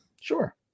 Sure